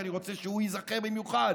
כי אני רוצה שהוא ייזכר במיוחד: